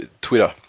Twitter